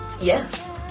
yes